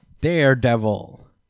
Daredevil